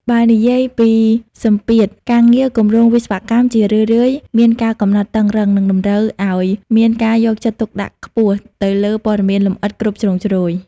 បើនិយាយពីសម្ពាធការងារគម្រោងវិស្វកម្មជារឿយៗមាន កាលកំណត់តឹងរ៉ឹង និងតម្រូវឲ្យមានការយកចិត្តទុកដាក់ខ្ពស់ទៅលើព័ត៌មានលម្អិតគ្រប់ជ្រុងជ្រោយ។